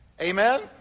Amen